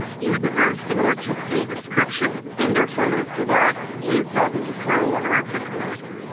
use a very similar textual description in their photos to that used by the pro-anorexia community.